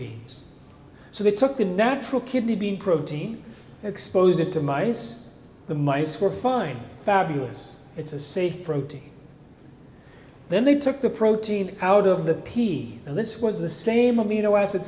beans so they took a natural kidney bean protein exposed it to mice the mice were fine fabulous it's a safe protein then they took the protein out of the pea and this was the same amino acid